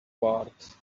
barred